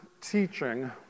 teaching